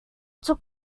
took